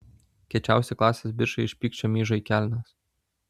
kiečiausi klasės bičai iš pykčio myžo į kelnes